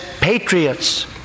patriots